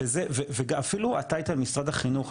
ואפילו הטייטל משרד החינוך,